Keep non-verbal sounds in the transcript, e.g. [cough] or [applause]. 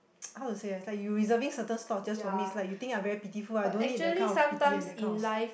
[noise] how to say ah is like you reserving certain slots just for me it's like you think I very pitiful ah I don't need that kind of pity and that kind of